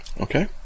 Okay